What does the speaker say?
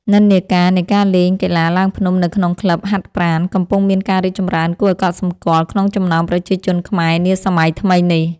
និន្នាការនៃការលេងកីឡាឡើងភ្នំនៅក្នុងក្លឹបហាត់ប្រាណ កំពុងមានការរីកចម្រើនគួរឱ្យកត់សម្គាល់ក្នុងចំណោមប្រជាជនខ្មែរនាសម័យថ្មីនេះ។